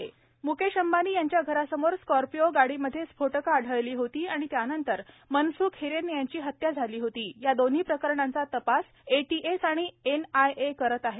अनिल देशम्ख म्केश अंबानी यांच्या घरासमोर स्कॉर्पिओ गाडीमध्ये स्फोटके आढळली होती आणि त्यानंतर मनस्ख हिरेन यांची हत्या झाली होती या दोन्ही प्रकरणाचा तपास एटीएस आणि एनआयए करीत आहे